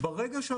ברגע זה,